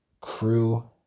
crew